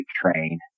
train